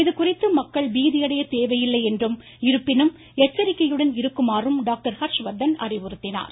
இதுகுறித்து மக்கள் பீதியடைய தேவையில்லை என்றும் இருப்பினும் எச்சரிக்கையுடன் இருக்குமாறும் டாக்டர் ஹர்ஷ்வர்தன் அறிவுறுத்தினார்